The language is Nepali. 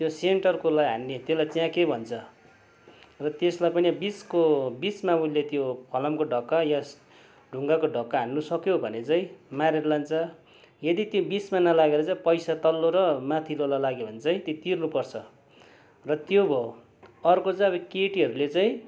त्यो सेन्टरकोलाई हामीले त्यसलाई च्याँके भन्छ र त्यसलाई पनि बिचको बिचमा उसले त्यो फलामको ढक्का या ढुङ्गाको ढक्का हाल्नु सक्यो भने चाहिँ मारेर लान्छ यदि त्यो बिचमा नलागेर चाहिँ पैसा तल्लो र माथिल्लोलाई लाग्यो भने चाहिँ त्यो तिर्नुपर्छ र त्यो भयो अर्को चाहिँ अब केटीहरूले चाहिँ